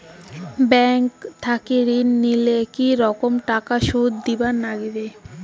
Bank থাকি ঋণ নিলে কি রকম টাকা সুদ দিবার নাগিবে?